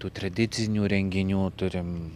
tų tradicinių renginių turim